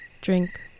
Drink